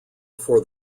before